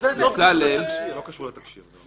זה לא קשור לתקשי"ר.